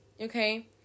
Okay